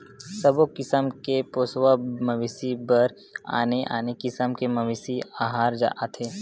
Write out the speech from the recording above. सबो किसम के पोसवा मवेशी बर आने आने किसम के मवेशी अहार आथे